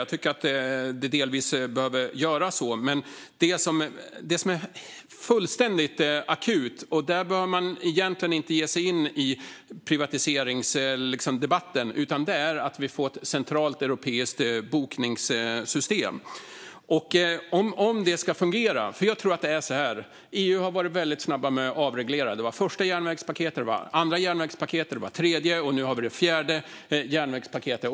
Jag tycker att det delvis behöver ske. Det som är fullständigt akut - där bör man egentligen inte ge sig in i privatiseringsdebatten - är behovet av ett centralt europeiskt bokningssystem. EU har varit väldigt snabbt med att avreglera. Det var det första, det andra, det tredje och nu det fjärde järnvägspaketet.